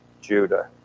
judah